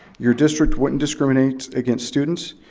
your district wouldn't discriminate against students,